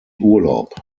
urlaub